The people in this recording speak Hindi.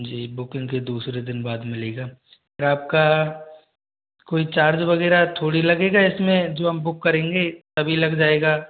जी बुकिंग के दूसरे दिन बाद मिलेगा आपका कोई चार्ज वगैरह थोड़ी लगेगा इसमें जो हम बुक करेंगे तभी लग जाएगा